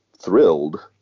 thrilled